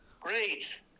Great